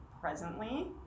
presently